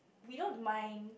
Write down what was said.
we don't mind